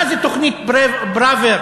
מה זה תוכנית פראוור?